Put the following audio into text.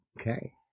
Okay